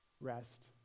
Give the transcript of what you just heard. rest